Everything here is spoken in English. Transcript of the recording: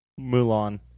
Mulan